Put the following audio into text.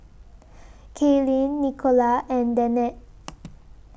Kaylynn Nicola and Danette